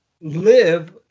live